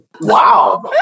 Wow